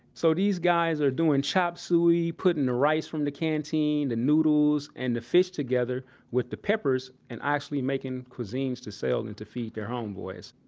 so these guys are doing chop suey, putting the rice from the cantine, the noodles and the fish together with the peppers, and actually making cuisines to sell and to feed their homeboys